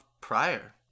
prior